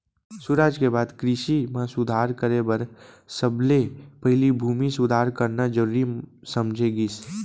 सुराज के बाद कृसि म सुधार करे बर सबले पहिली भूमि सुधार करना जरूरी समझे गिस